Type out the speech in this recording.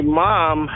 mom